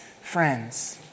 friends